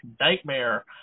nightmare